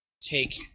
take